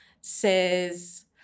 says